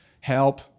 help